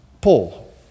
Paul